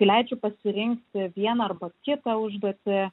kai leidžiu pasirinkti vieną arba kitą užduotį